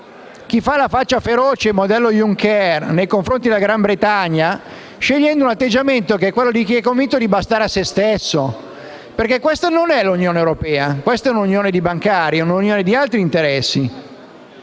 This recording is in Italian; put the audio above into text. chi fa la faccia feroce, modello Junker, nei confronti della Gran Bretagna, scegliendo l'atteggiamento di chi è convinto di bastare a se stesso. Questa non è l'Unione europea, questa è un'unione di bancari e di altri interessi.